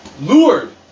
lured